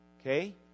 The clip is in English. Okay